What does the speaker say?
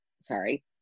sorry